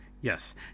yes